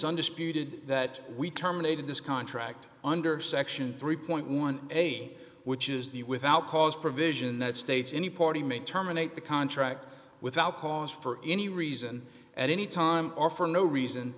undisputed that we terminated this contract under section three dollars which is the without cause provision that states any party may terminate the contract without cause for any reason at any time or for no reason